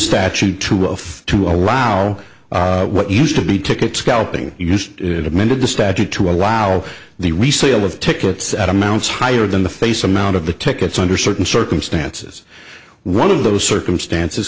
statute to of to allow what used to be ticket scalping used it amended the statute to allow the resale of tickets at amounts higher than the face amount of the tickets under certain circumstances one of those circumstances